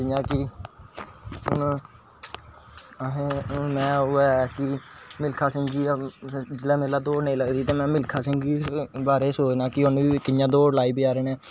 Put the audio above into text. drawing pad जेह्ड़े होंदे बड्डे बड्डे पैह्लैं निक्के फिर बड्डे फिर कैनव आह्ले जेह्ड़े शीटां ओह् लैना शुरु करी ओड़ियां फिर मेंतरें तरेंदे मिगी पसंद हा सीनरियां बनाना जेह्ड़ियां कि